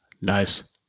Nice